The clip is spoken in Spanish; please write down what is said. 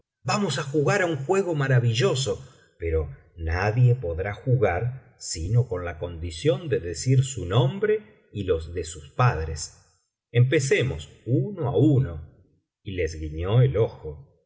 vamos á jugar á un juego maravilloso pero nadie podrá jugar sino con la condición de decir su nombre y los de sus padres empecemos uno á uno y les guiñó el ojo